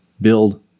build